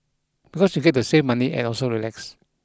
because you get to save money and also relax